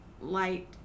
light